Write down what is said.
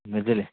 ବୁଝିଲେ